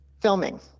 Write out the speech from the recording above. filming